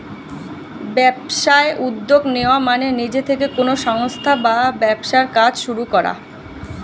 ব্যবসায় উদ্যোগ নেওয়া মানে নিজে থেকে কোনো সংস্থা বা ব্যবসার কাজ শুরু করা